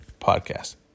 podcast